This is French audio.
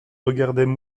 regardaient